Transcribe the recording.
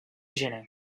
gener